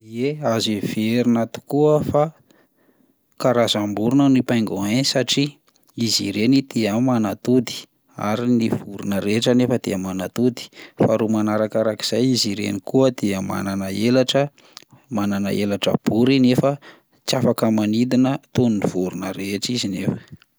Ie, azo heverina tokoa fa karazam-borona ny pingouin satria izy ireny dia manatody ary ny vorona rehetra anefa dia manatody, faharoa manarakarak'izay izy ireny koa dia manana helatra, manana helatra bory nefa tsy afaka manidina toy ny vorona rehetra izy nefa.